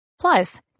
plus